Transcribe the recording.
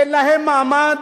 אין להם מעמד,